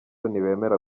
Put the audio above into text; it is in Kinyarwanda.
ntibemera